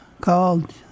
called